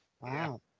Wow